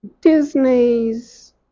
Disney's